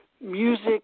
music